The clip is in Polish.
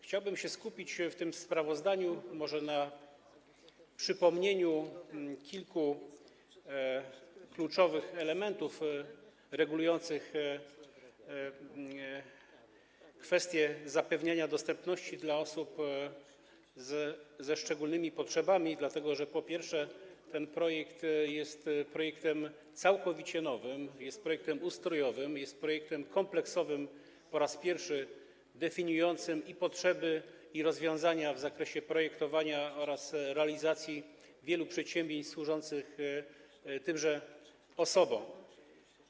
Chciałbym się skupić w tym sprawozdaniu na przypomnieniu kilku kluczowych elementów regulujących kwestie zapewniania dostępności dla osób ze szczególnymi potrzebami, dlatego że ten projekt jest projektem całkowicie nowym, jest projektem ustrojowym, jest projektem kompleksowym, projektem po raz pierwszy definiującym i potrzeby, i rozwiązania w zakresie projektowania oraz realizacji wielu przedsięwzięć służących tymże osobom.